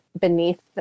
beneath